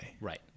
Right